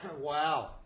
Wow